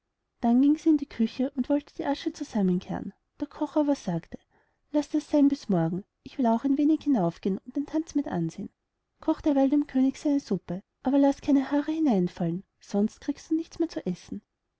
dann ging sie in die küche und wollte die asche zusammenkehren der koch aber sagte laß das seyn bis morgen ich will auch ein wenig hinaufgehen und den tanz mit ansehen koch derweil dem könig seine suppe aber laß keine haare hineinfallen sonst kriegst du nichts mehr zu essen